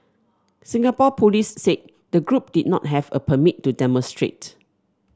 Singapore police said the group did not have a permit to demonstrate